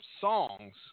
songs